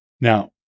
Now